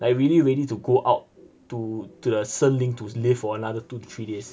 like really ready to go out to to the 森林 to live for another two to three days